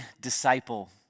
disciple